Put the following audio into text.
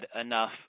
enough